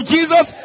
Jesus